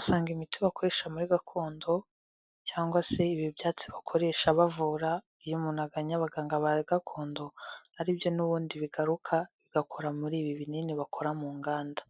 Usanga imiti bakoresha muri gakondo, cyangwa se ibi byatsi bakoresha bavura, iyo umuntu agannye abaganga ba gakondo ari byo n'ubundi bigaruka bigakora muri ibi binini bakora mu nganda.